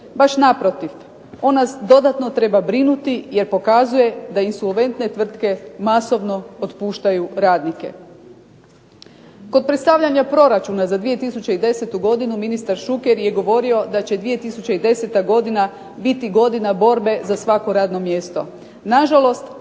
Baš naprotiv, on nas dodatno treba brinuti jer pokazuje da insolventne tvrtke masovno otpuštaju radnike. Kod predstavljanja proračuna za 2010. godinu ministar Šuker je govorio da će 2010. godina biti godina borbe za svako radno mjesto. Nažalost,